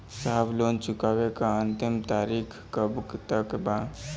साहब लोन चुकावे क अंतिम तारीख कब तक बा?